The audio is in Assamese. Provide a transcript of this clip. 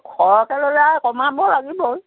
সৰহকৈ ল'লে আৰু কমাব লাগিবই